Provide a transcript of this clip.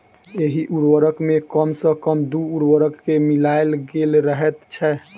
एहि उर्वरक मे कम सॅ कम दू उर्वरक के मिलायल गेल रहैत छै